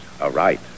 aright